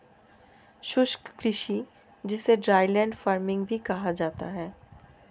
शुष्क कृषि जिसे ड्राईलैंड फार्मिंग भी कहा जाता है